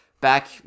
back